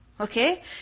Okay